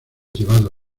llevado